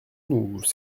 nous